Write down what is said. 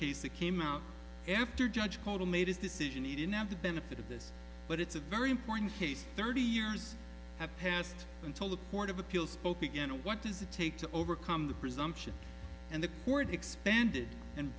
case that came out after judge total made his decision he didn't have the benefit of this but it's a very important case thirty years have passed until the court of appeals spoke again what does it take to overcome the presumption and the court expanded and